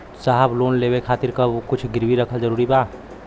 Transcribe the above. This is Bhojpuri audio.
साहब लोन लेवे खातिर कुछ गिरवी रखल जरूरी बा?